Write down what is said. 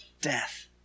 death